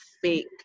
fake